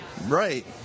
Right